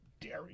Dairy